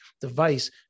device